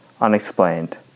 unexplained